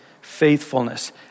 faithfulness